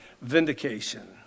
vindication